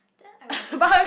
then I will be like